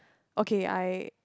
okay I